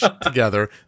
together